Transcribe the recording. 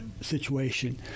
situation